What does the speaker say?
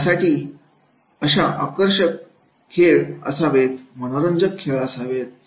यासाठी अशा खेळ आकर्षक असावेत मनोरंजक असावेत